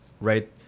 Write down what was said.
Right